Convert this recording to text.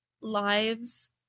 lives